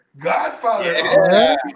Godfather